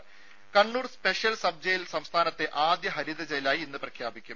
ദേദ Kannur special sub jail സംസ്ഥാനത്തെ ആദ്യ ഹരിത ജയിലായി ഇന്ന് പ്രഖ്യാപിക്കും